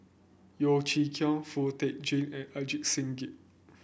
Yeo Chee Kiong Foo Tee Jun and Ajit Singh Gill